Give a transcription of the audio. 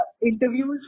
interviews